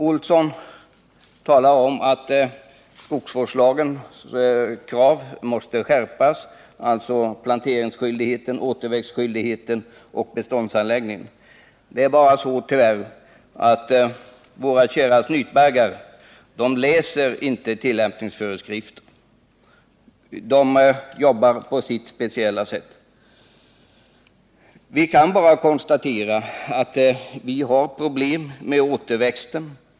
Gunnar Olsson sade att skogsvårdslagens krav måste skärpas när det gäller skyldigheten att svara för plantering, återväxt och beståndsanläggning. Tyvärr är det bara så, att våra kära snytbaggar inte läser tillämpningsföreskrifter, utan de arbetar på sitt speciella sätt. Vi kan bara konstatera att vi har problem med återväxten.